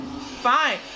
Fine